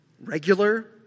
regular